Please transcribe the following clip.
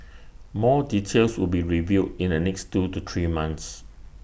more details will be revealed in the next two to three months